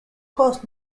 caused